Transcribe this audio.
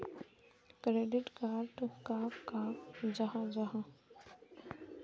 Credit card कहाक कहाल जाहा जाहा?